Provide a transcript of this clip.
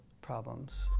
problems